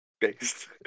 based